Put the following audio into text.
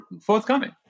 forthcoming